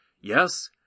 Yes